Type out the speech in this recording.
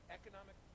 economic